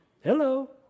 Hello